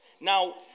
Now